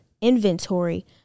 inventory